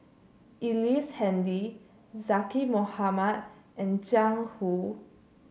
Ellice Handy Zaqy Mohamad and Jiang Hu